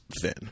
thin